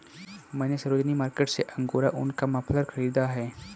मैने सरोजिनी मार्केट से अंगोरा ऊन का मफलर खरीदा है